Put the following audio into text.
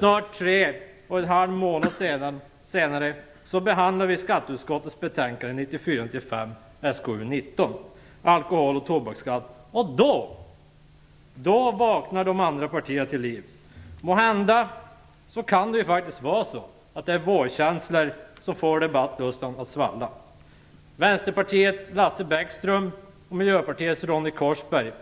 När vi nu behandlar skatteutskottets betänkande 1994/95:SkU19, Alkohol och tobaksskatt, vaknar de andra partierna till liv. Måhända är det vårkänslorna som får debattlustan att svalla. Hos Vänsterpartiets Lars Bäckström och Miljöpartiets Ronny Korsberg